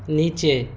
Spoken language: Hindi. नीचे